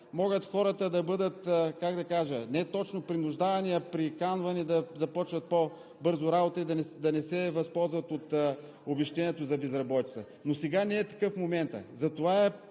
могат хората да бъдат – не точно принуждавани, а приканвани да започват по-бързо работа и да не се възползват от обезщетението за безработица. Но сега не е такъв моментът. Това е